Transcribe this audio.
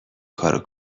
کارو